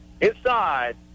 Inside